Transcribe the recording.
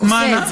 או מה,